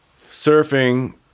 surfing